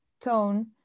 tone